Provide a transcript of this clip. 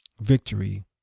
victory